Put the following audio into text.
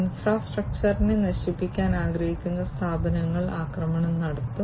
ഇൻഫ്രാസ്ട്രക്ചറിനെ നശിപ്പിക്കാൻ ആഗ്രഹിക്കുന്ന സ്ഥാപനങ്ങൾ ആക്രമണം നടത്തും